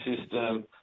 system